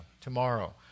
tomorrow